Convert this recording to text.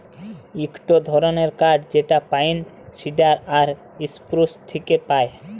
ইকটো ধরণের কাঠ যেটা পাইন, সিডার আর সপ্রুস থেক্যে পায়